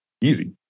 Easy